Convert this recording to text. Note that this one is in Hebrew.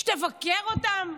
שתבקר אותם?